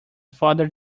father